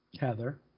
Heather